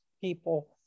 people